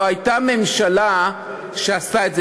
שלא הייתה ממשלה שעשתה את זה.